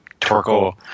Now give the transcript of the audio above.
Torkel